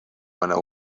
mõne